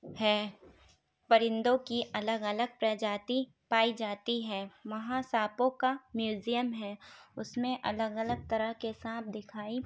ہے پرندوں کی الگ الگ پرجاتی پائی جاتی ہیں وہاں سانپوں کا میوزیم ہے اس میں الگ الگ طرح کے سانپ دکھائی